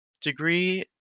degree